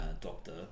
doctor